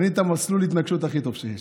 בנית מסלול התנגשות הכי טוב שיש.